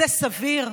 זה סביר?